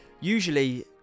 usually